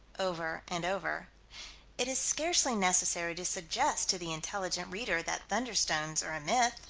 over and over it is scarcely necessary to suggest to the intelligent reader that thunderstones are a myth.